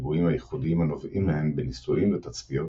הניבויים הייחודיים הנובעים מהן בניסויים ותצפיות